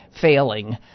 failing